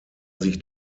sich